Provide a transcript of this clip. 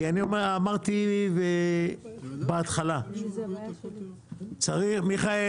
כי אני אמרתי בהתחלה צריך, מיכאל,